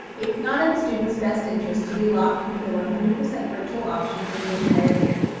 it's not in the student's best interest to be locked into the one hundred percent virtual option for the entire year.